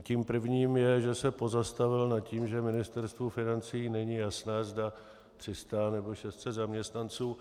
Tím prvním je, že se pozastavil nad tím, že Ministerstvu financí není jasné, zda 300, nebo 600 zaměstnanců.